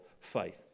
faith